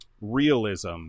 realism